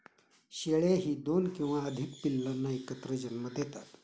शेळ्याही दोन किंवा अधिक पिल्लांना एकत्र जन्म देतात